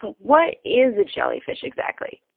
what is a jellyfish, exactly?